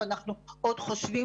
ואנחנו עוד חושבים.